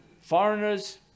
foreigners